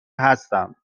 هستم